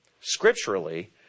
Scripturally